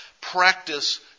practice